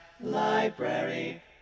Library